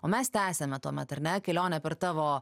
o mes tęsiame tuomet ar ne kelionę per tavo